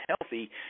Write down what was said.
healthy